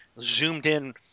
zoomed-in